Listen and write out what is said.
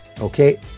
Okay